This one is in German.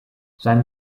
sein